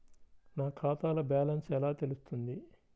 నా ఖాతాలో బ్యాలెన్స్ ఎలా తెలుస్తుంది?